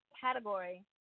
Category